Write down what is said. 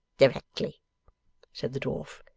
directly said the dwarf.